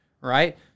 right